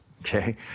Okay